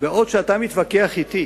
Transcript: שבעוד שאתה מתווכח אתי